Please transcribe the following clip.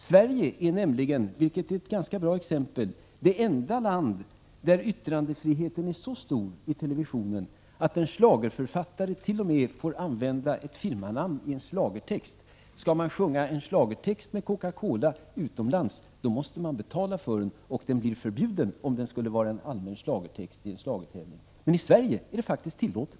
Sverige är nämligen — vilket är ett ganska bra exempel — det enda land där yttrandefriheten i televisionen är så stor att en schlagerförfattare t.o.m. får använda ett firmanamn i en schlagertext. Skall man sjunga en schlagertext med Coca Cola utomlands, måste man betala för det, och den texten blir förbjuden i en allmän schlagertävling. I Sverige är det faktiskt tillåtet.